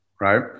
right